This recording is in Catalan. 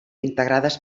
integrades